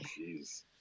jeez